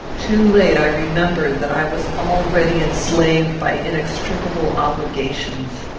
too late i remembered that i was already enslaved by inextricable obligations.